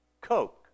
Coke